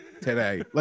today